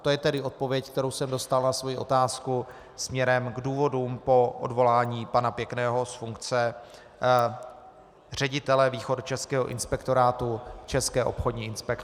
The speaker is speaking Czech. To je tedy odpověď, kterou jsem dostal na svoji otázku směrem k důvodům po odvolání pana Pěkného z funkce ředitele východočeského inspektorátu České obchodní inspekce.